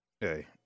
hey